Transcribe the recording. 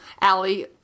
Allie